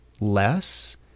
less